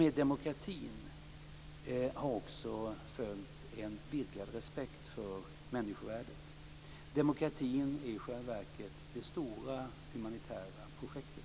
Med demokratin har också följt en vidgad respekt för människovärdet. Demokratin är i själva verket det stora humanitära projektet.